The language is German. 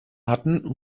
hatten